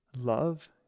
Love